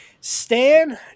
Stan